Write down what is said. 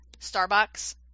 Starbucks